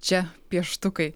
čia pieštukai